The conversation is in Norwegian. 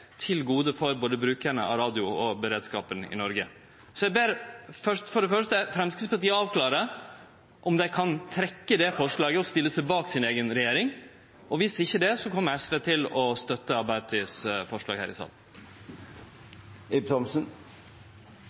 til gode både for brukarane av radio og for beredskapen i Noreg. Så eg ber Framstegspartiet avklare om dei kan trekkje forslaget og stille seg bak si eiga regjering. Viss ikkje kjem SV til å støtte Arbeidarpartiets forslag her i salen.